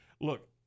look